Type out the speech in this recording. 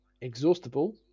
exhaustible